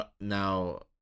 Now